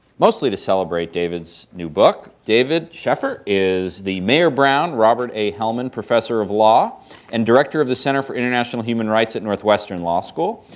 mostly to celebrate david's new book. david scheffer is the mayer brown robert a. helman professor of law and director of the center for international human rights at northwestern law school.